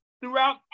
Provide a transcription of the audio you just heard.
throughout-